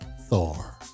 Thor